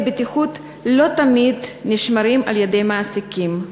בטיחות לא תמיד נשמרים על-ידי מעסיקים.